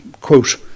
quote